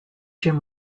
jim